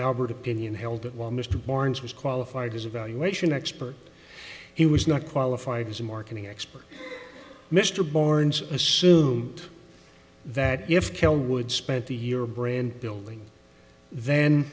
d'albert opinion held that while mr barnes was qualified as a valuation expert he was not qualified as a marketing expert mr barnes assume that if kiln would spent the year brand building then